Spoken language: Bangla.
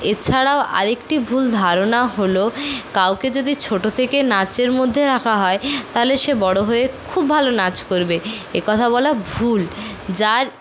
এছাড়াও আরেকটি ভুল ধারণা হল কাউকে যদি ছোটো থেকে নাচের মধ্যে রাখা হয় তাহলে সে বড়ো হয়ে খুব ভালো নাচ করবে এ কথা বলা ভুল যার